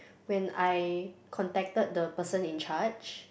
when I contacted the person in charge